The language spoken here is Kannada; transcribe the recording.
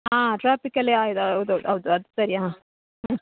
ಹಾಂ ಟ್ರಾಫಿಕಲ್ಲಿ ಹೌದು ಹೌದ್ ಹೌದ್ ಅದು ಸರಿ ಹಾಂ ಹ್ಞೂ